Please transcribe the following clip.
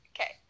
Okay